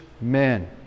men